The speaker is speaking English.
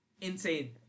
Insane